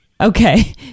Okay